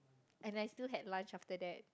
and I still had lunch after that